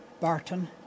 Barton